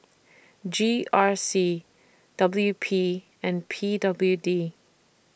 G R C W P and P W D